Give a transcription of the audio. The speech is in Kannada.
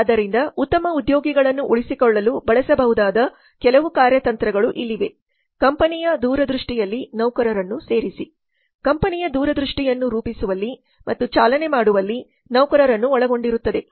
ಆದ್ದರಿಂದ ಉತ್ತಮ ಉದ್ಯೋಗಿಗಳನ್ನು ಉಳಿಸಿಕೊಳ್ಳಲು ಬಳಸಬಹುದಾದ ಕೆಲವು ಕಾರ್ಯತಂತ್ರಗಳು ಇಲ್ಲಿವೆ ಕಂಪನಿಯ ದೂರದೃಷ್ಟಿಯಲ್ಲಿ ನೌಕರರನ್ನು ಸೇರಿಸಿ ಕಂಪನಿಯ ದೂರದೃಷ್ಟಿಯನ್ನು ರೂಪಿಸುವಲ್ಲಿ ಮತ್ತು ಚಾಲನೆ ಮಾಡುವಲ್ಲಿ ನೌಕರರನ್ನು ಒಳಗೊಂಡಿರುತ್ತದೆ